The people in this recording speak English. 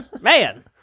Man